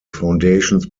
foundations